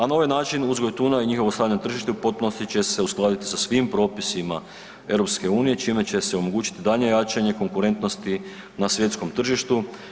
A na ovaj način uzgoj tuna i njihovo stavljanje na tržište u potpunosti će se uskladiti sa svim propisima EU čime će se omogućiti daljnje jačanje konkurentnosti na svjetskom tržištu.